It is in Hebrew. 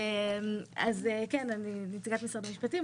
אני נציגת משרד המשפטים,